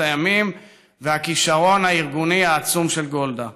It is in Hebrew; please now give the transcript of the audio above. הימים והכישרון הארגוני העצום של גולדה.